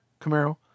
Camaro